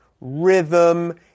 rhythm